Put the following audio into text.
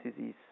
disease